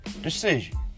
decision